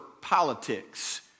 politics